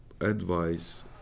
advice